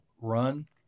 run